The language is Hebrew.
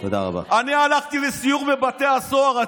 אני הלכתי לסיור בבתי הסוהר.